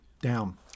Down